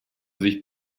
sich